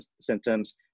symptoms